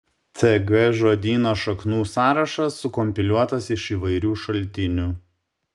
tg žodyno šaknų sąrašas sukompiliuotas iš įvairių šaltinių